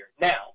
Now